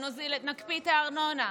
נקפיא את הארנונה,